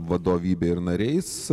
vadovybe ir nariais